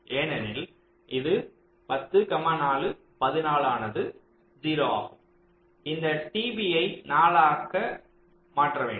ஏனெனில் இது 10 4 14 ஆனது 0 ஆகும் இந்த t b ஐ 4 ஆக மாற்ற வேண்டும்